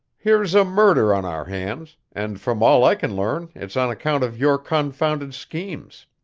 here's a murder on our hands, and from all i can learn it's on account of your confounded schemes.